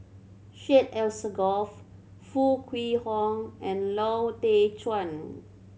Syed Alsagoff Foo Kwee Horng and Lau Teng Chuan